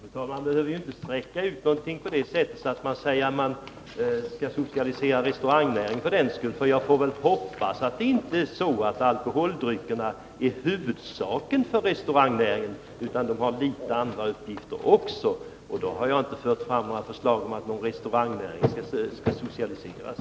Fru talman! Man behöver inte sträcka sig så långt att man säger att restaurangnäringen för den skull skall socialiseras. Jag hoppas att det inte är så att alkoholdryckerna är huvudsaken för restaurangnäringen utan att den också har andra uppgifter. Jag har inte fört fram några förslag om att restaurangnäringen skall socialiseras.